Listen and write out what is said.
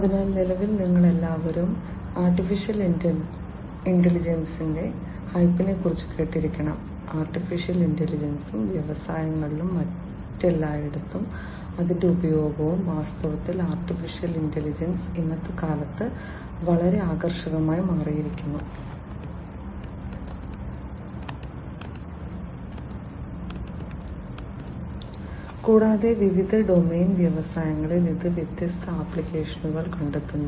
അതിനാൽ നിലവിൽ നിങ്ങൾ എല്ലാവരും AI യുടെ ഹൈപ്പിനെക്കുറിച്ച് കേട്ടിരിക്കണം ആർട്ടിഫിഷ്യൽ ഇന്റലിജൻസും വ്യവസായങ്ങളിലും മറ്റെല്ലായിടത്തും അതിന്റെ ഉപയോഗവും വാസ്തവത്തിൽ AI ഇന്നത്തെ കാലത്ത് വളരെ ആകർഷകമായി മാറിയിരിക്കുന്നു കൂടാതെ വിവിധ ഡൊമെയ്ൻ വ്യവസായങ്ങളിൽ ഇത് വ്യത്യസ്ത ആപ്ലിക്കേഷനുകൾ കണ്ടെത്തുന്നു